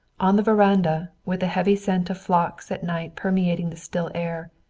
on the veranda, with the heavy scent of phlox at night permeating the still air,